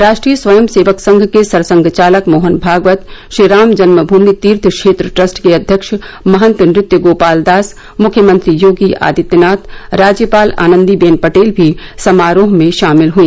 राष्ट्रीय स्वयं सेवक संघ के सरसंघ चालक मोहन भागवत श्री रामजन्मभूमि तीर्थ क्षेत्र ट्रस्ट के अव्यक्ष महंत नृत्य गोपाल दास मुख्यमंत्री योगी आदित्यनाथ राज्यपाल आनन्दी बेन पटेल भी समारोह में शामिल हुए